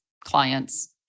clients